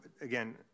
again